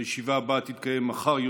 הישיבה הבאה תתקיים מחר,